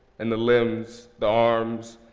and the limbs, the arms,